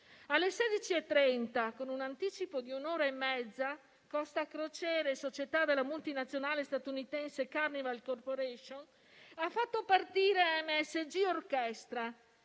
Alle 16,30, con un anticipo di un'ora e mezza, Costa Crociere, società della multinazionale statunitense Carnival Corporation, ha fatto partire MSC Orchestra: